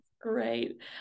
great